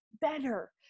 better